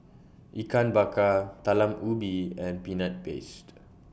Ikan Bakar Talam Ubi and Peanut Paste